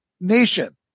nation